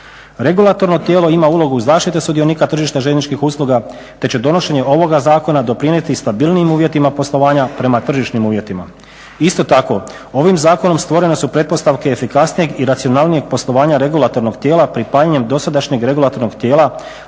Regulatorno tijelo ima ulogu zaštite sudionika tržišta željezničkih usluga, te će donošenje ovoga Zakona doprinijeti stabilnijim uvjetima poslovanja prema tržišnim uvjetima. Isto tako, ovim zakonom stvorene su pretpostavke efikasnijeg i racionalnijeg poslovanja regulatornog tijela pripajanjem dosadašnjeg regulatornog tijela